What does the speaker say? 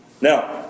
Now